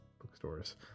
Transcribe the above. bookstores